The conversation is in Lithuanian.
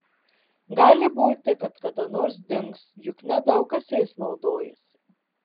gali būti kad kada nors dings juk nedaug kas jais naudojasi